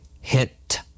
hit